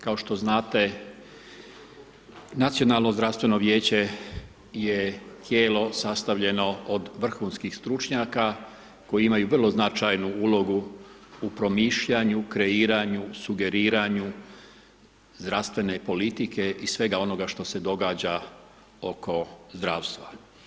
Kao što znate Nacionalno zdravstveno vijeće je tijelo sastavljeno od vrhunskih stručnjaka koji imaju vrlo značajnu ulogu u promišljanju, kreiranju, sugeriranju zdravstvene politike i svega onoga što se događa oko zdravstva.